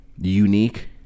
unique